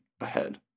ahead